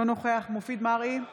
אינו נוכח מופיד מרעי,